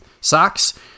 socks